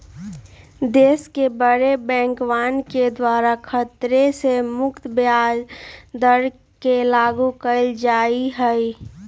देश के बडे बैंकवन के द्वारा खतरे से मुक्त ब्याज दर के लागू कइल जा हई